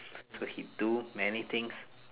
so he do many things